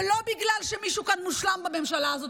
ולא בגלל שמישהו כאן מושלם בממשלה הזאת.